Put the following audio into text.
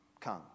come